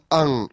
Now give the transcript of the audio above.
ang